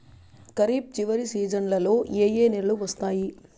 ఖరీఫ్ చివరి సీజన్లలో ఏ ఏ నెలలు వస్తాయి